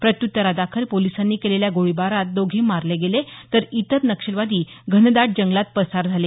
प्रत्युत्तरादाखल पोलिसांनी केलेल्या गोळीबारात दोघे मारले गेले तर इतर नक्षलवादी घनदाट जंगलात पसार झाले